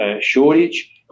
Shortage